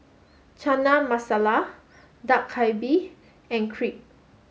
Chana Masala Dak Galbi and Crepe